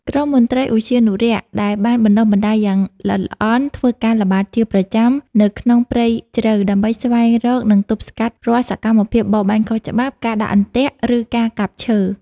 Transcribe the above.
ក្រុមមន្ត្រីឧទ្យានុរក្សដែលបានបណ្ដុះបណ្ដាលយ៉ាងល្អិតល្អន់ ធ្វើការល្បាតជាប្រចាំនៅក្នុងព្រៃជ្រៅ ដើម្បីស្វែងរក និងទប់ស្កាត់រាល់សកម្មភាពបរបាញ់ខុសច្បាប់ ការដាក់អន្ទាក់ ឬការកាប់ឈើ។